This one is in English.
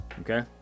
okay